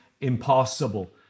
impossible